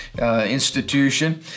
institution